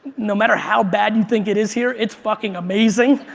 no matter how bad you think it is here, it's fucking amazing!